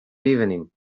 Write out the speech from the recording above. evening